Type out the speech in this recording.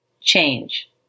Change